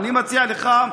אני מציע לך,